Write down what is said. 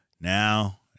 now